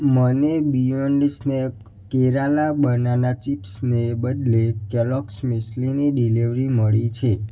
મને beyond snack Kerala banana ચિપ્સને બદલે કેલોગ્સ મેસ્લીની ડિલિવરી મળી છે